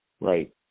Right